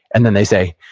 and then, they say,